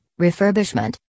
refurbishment